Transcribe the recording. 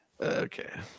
okay